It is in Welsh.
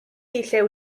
llew